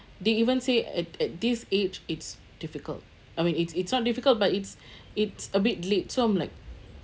they even say at at this age it's difficult I mean it's it's not difficult but it's it's a bit late so I'm like